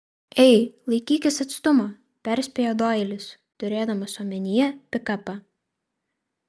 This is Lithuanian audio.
ei laikykis atstumo perspėjo doilis turėdamas omenyje pikapą